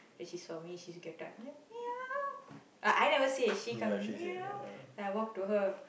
then she saw me she get down meow I never say she calls me meow then I walk to her